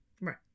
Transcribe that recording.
right